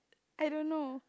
I don't know